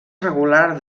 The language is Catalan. regular